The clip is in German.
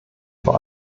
vor